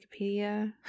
Wikipedia